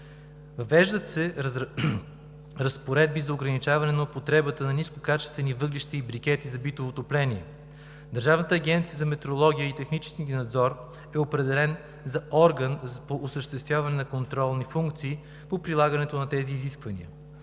Въвеждат се разпоредби за ограничаване на употребата на нискокачествени въглища и брикети за битово отопление. Държавната агенция за метрология и технически надзор е определена за орган по осъществяване на контролни функции по прилагането на тези изисквания.